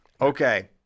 Okay